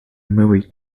murray